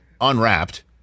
unwrapped